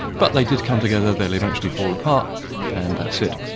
but they did come together, they'll eventually fall apart and that's it.